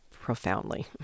profoundly